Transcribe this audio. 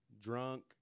drunk